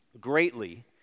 greatly